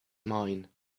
mine